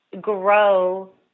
grow